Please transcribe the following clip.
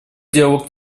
диалог